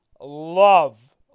love